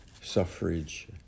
Suffrage